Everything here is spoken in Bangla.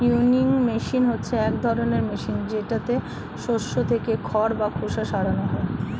উইনউইং মেশিন হচ্ছে এক ধরনের মেশিন যেটাতে শস্য থেকে খড় বা খোসা সরানো হয়